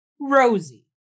Rosie